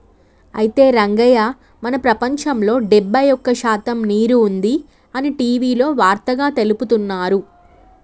అయితే రంగయ్య మన ప్రపంచంలో డెబ్బై ఒక్క శాతం నీరు ఉంది అని టీవీలో వార్తగా తెలుపుతున్నారు